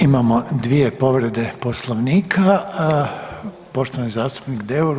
Imamo dvije povrede Poslovnika, poštovani zastupnik Deur.